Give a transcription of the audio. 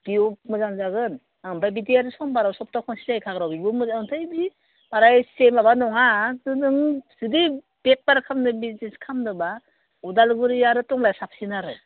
बेयाव मोजां जागोन ओमफ्राय बिदि आरो समबार सब्थाहयाव खनसे जायो खाग्रायाव बेबो मोजां ओमफ्राय बे बारा एसे माबा नङा थेवबो नों जुदि बेफार खालामनो बिजनेस खालामनोबा उदालगुरि आरो टंलाया साबसिन आरो